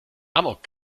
amok